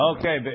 Okay